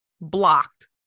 blocked